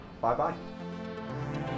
Bye-bye